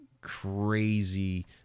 crazy